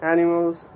Animals